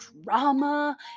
drama